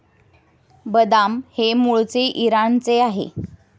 बदाम हे मूळचे इराणचे आहे